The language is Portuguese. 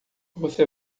você